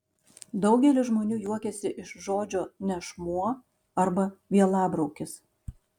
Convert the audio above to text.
daugelis žmonių juokiasi iš žodžio nešmuo arba vielabraukis